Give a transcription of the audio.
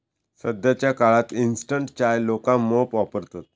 सध्याच्या काळात इंस्टंट चाय लोका मोप वापरतत